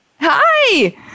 Hi